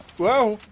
whoa.